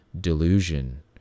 delusion